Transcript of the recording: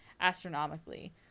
astronomically